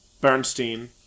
Bernstein